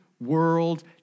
world